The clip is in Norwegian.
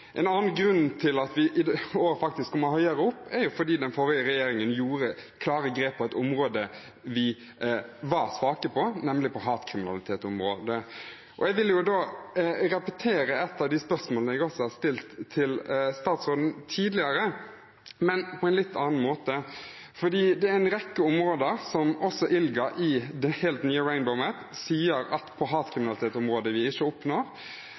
grunn til at vi i år kommer høyere opp, er at den forrige regjeringen gjorde klare grep på et område hvor vi var svake, nemlig hatkriminalitetsområdet. Jeg vil repetere et av de spørsmålene jeg har stilt til statsråden tidligere, men på en litt annen måte. Det er en rekke områder som også ILGA sier i det helt nye Rainbow Map, bl.a. hatkriminalitetsområdet hvor vi ikke oppnår